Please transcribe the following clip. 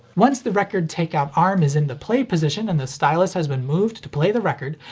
once the record take-out arm is in the play position and the stylus has been moved to play the record,